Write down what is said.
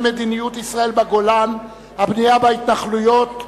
מדיניות ישראל בגולן: הבנייה בהתנחלויות,